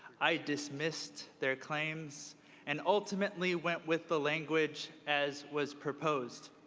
i dismissed their claims and ultimately went with the language as was proposed.